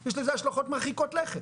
יש לזה השלכות מרחיקות לכת,